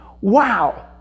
Wow